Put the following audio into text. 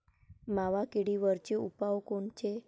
मावा किडीवरचे उपाव कोनचे?